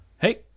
Hey